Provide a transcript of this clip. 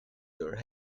your